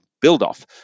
build-off